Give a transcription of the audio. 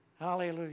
Hallelujah